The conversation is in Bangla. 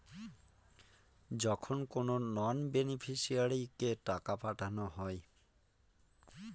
যখন কোনো নন বেনিফিশিয়ারিকে টাকা পাঠানো হয়